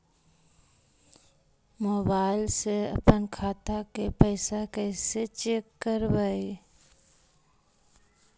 Mobile से अपन खाता के पैसा कैसे चेक करबई?